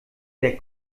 der